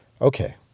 Okay